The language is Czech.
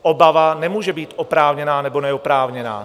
Obava nemůže být oprávněná nebo neoprávněná.